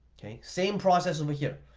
same process over here,